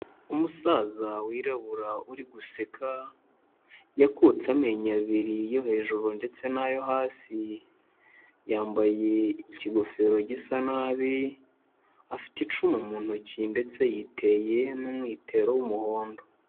Umusaza wirabura uri guseka, yakutse amenyo abiri yo hejuru ndetse n'ayo hasi. Yambaye ikigofero gisa nabi, afite icumu mu ntoki ndetse yiteye n'umwitero w'umuhondo.